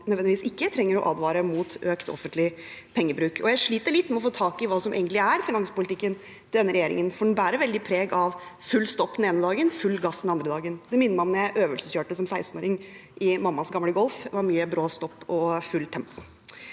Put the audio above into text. nødvendigvis ikke trenger å advare mot økt offentlig pengebruk. Jeg sliter litt med å få tak i hva som egentlig er finanspolitikken til denne regjeringen, for den bærer veldig preg av fullt stopp den ene dagen og full gass den andre dagen. Det minner meg om da jeg som 16-åring øvelseskjørte i mammas gamle Golf. Det var mange brå stopp og mye fullt tempo.